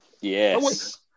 Yes